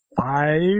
five